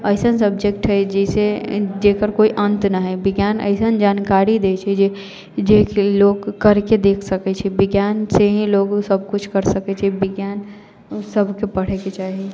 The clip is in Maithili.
अइसन सब्जैक्ट हइ जैसे जेकर कोइ अन्त नहि है विज्ञान अइसन जानकारी दै छै जे जे कि लोक करिके देखि सकैत छै विज्ञानसे ही लोक सभ किछु करि सकैत छै विज्ञान सभके पढ़ैके चाही